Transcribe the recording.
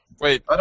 Wait